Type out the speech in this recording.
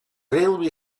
railway